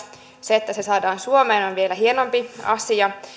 se että se saadaan suomeen on vielä hienompi asia